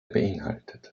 beinhaltet